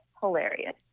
hilarious